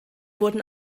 wurden